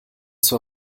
zur